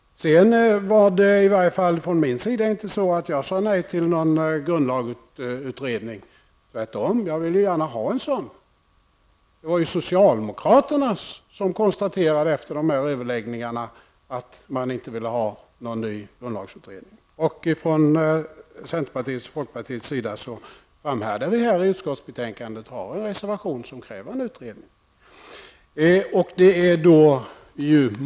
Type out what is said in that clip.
Jag har inte sagt nej till någon grundlagsutredning, utan jag ville tvärtom gärna ha en sådan. Det var socialdemokraterna som efter överläggningarna konstaterade att de inte ville ha någon ny grundlagsutredning. Från centerpartiets och folkpartiets sida framhärdade vi i utskottsbetänkandet och har en reservation som kräver en utredning.